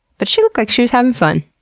but, she looked like she was having fun.